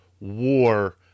War